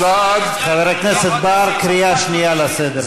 זה בהחלט צעד, חבר הכנסת בר, קריאה שנייה לסדר.